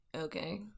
okay